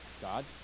God